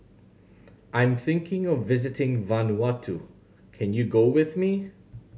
I'm thinking of visiting Vanuatu can you go with me